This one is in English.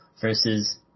versus